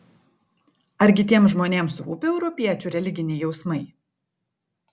argi tiems žmonėms rūpi europiečių religiniai jausmai